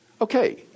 Okay